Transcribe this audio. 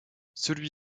celui